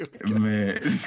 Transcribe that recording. Man